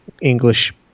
English